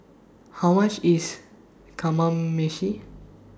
How much IS Kamameshi